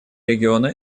региона